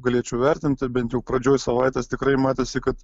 galėčiau vertinti bent jau pradžioj savaites tikrai matėsi kad